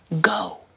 go